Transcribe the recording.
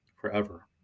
forever